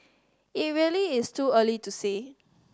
it really is too early to say